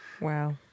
Wow